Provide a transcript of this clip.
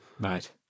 Right